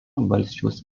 valsčiaus